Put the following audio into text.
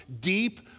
deep